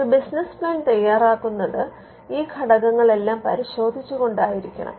ഒരു business plan തയ്യാറാക്കുന്നത് ഈ ഘടകങ്ങളെല്ലാം പരിഗണിച്ചു കൊണ്ടായിരിക്കണം